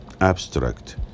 abstract